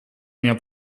mia